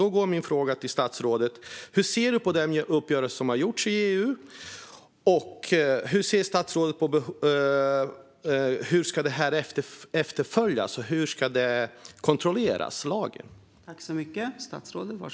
Då blir min fråga till statsrådet: Hur ser du på den uppgörelse som har träffats i EU, och hur ska lagen efterföljas och kontrolleras?